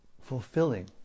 fulfilling